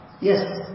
Yes